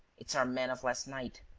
it's our man of last night,